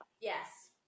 yes